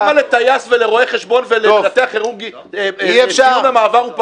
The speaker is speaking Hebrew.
למה לטייס ולרואה חשבון ולמנתח כירורגי ציון המעבר הוא פחות?